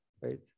right